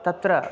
तत्र